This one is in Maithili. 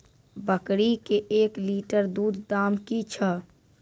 बकरी के एक लिटर दूध दाम कि छ?